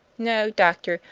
no, doctor,